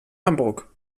hamburg